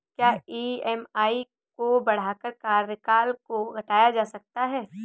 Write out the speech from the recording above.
क्या ई.एम.आई को बढ़ाकर कार्यकाल को घटाया जा सकता है?